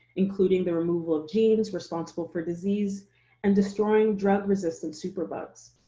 including the removal of genes responsible for disease and destroying drug-resistant superbugs.